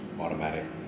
automatic